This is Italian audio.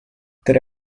tre